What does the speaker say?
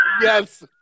Yes